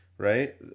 Right